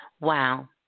Wow